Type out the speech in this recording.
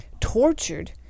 tortured